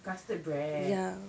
custard bread